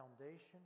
foundation